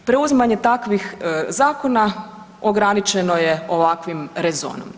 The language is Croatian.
Preuzimanje takvih zakona ograničeno je ovakvim rezonom.